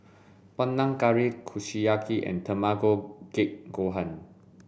Panang Curry Kushiyaki and Tamago Kake Gohan